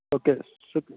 okay شکریہ